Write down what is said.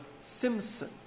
Simpson